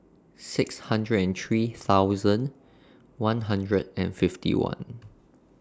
six hundred and three thousand one hundred and fifty one